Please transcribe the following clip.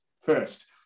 first